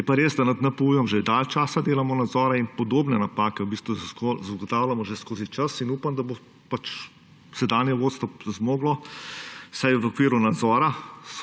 Je pa res, da nad NPU že dalj časa delamo nadzore in podobne napake v bistvu ugotavljamo že skozi čas, in upam, da bo sedanje vodstvo zmoglo, saj v okviru nadzora